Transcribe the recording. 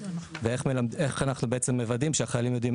ואיך אנחנו בעצם מוודאים שהחיילים יודעים